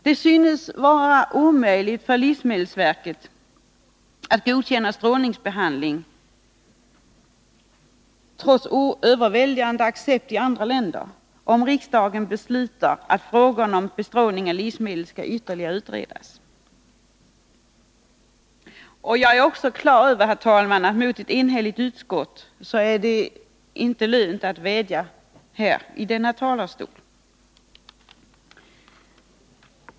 Det synes vara omöjligt för livsmedelsverket att godkänna strålningsbehandling, trots överväldigande accepter i andra länder, om riksdagen beslutar att frågan om bestrålning av livsmedel skall ytterligare utredas. Jag är på det klara med, herr talman, att det mot ett enhälligt utskott inte är lönt att vädja från denna talarstol.